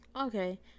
Okay